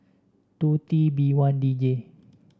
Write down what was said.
two T B one D J